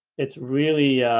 it's really